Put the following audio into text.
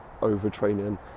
overtraining